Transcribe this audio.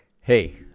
Hey